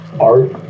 art